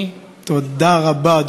תודה רבה,